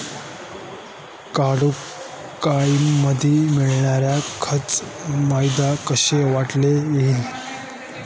Credit कार्डमध्ये मिळणारी खर्च मर्यादा कशी वाढवता येईल?